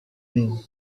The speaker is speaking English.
name